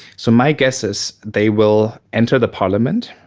so my guess is they will enter the parliament,